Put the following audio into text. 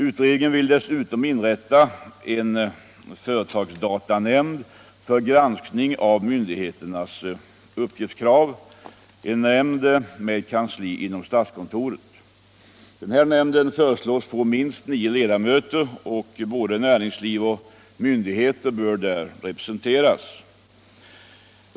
Utredningen vill dessutom inrätta en företagsdatanämnd för granskning av myndigheternas uppgiftskrav, en nämnd med kansli inom statskontoret. Denna nämnd föreslås få minst nio ledamöter, och både näringsliv och myndigheter bör där representeras.